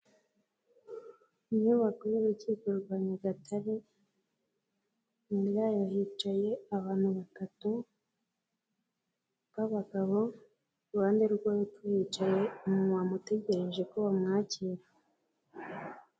Inyubako y'urukiko rwa Nyagatare, imbere yayo hicaye abantu batatu b'abagabo, ku ruhande rwo hepfo hicaye umumama utegereje ko bamwakira.